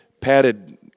padded